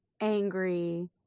angry